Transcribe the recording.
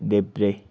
देब्रे